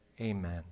amen